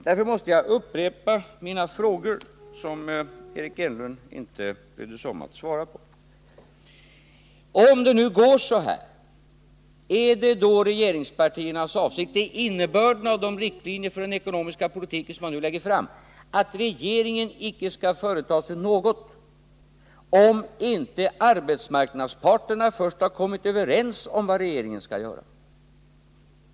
Jag måste därför upprepa mina frågor, som Eric Enlund inte brydde sig om att svara på. Om det nu går så här, är det då regeringspartiernas avsikt — för det är innebörden av de riktlinjer för den ekonomiska politiken som man nu lägger fram — att inte företa sig något, såvida inte arbetsmarknadens parter först har kommit överens om vad regeringen skall göra?